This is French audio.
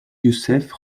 youssef